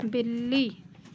बिल्ली